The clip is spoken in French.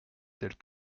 tels